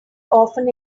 often